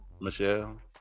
Michelle